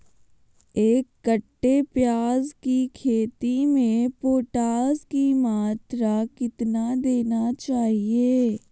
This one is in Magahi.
एक कट्टे प्याज की खेती में पोटास की मात्रा कितना देना चाहिए?